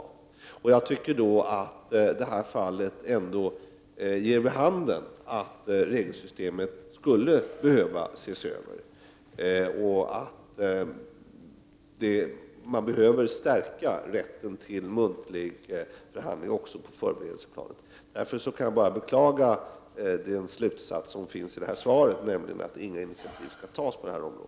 Detta fall ger ändå vid handen att regelsystemet behöver ses över och att rätten till muntlig förhandling måste stärkas även på förberedelseplanet. Jag beklagar därför den slutsats som dras i det här svaret, nämligen att inga initiativ skall tas på detta område.